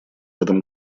этом